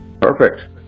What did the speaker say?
Perfect